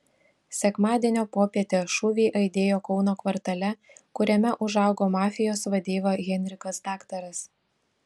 sekmadienio popietę šūviai aidėjo kauno kvartale kuriame užaugo mafijos vadeiva henrikas daktaras